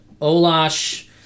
Olash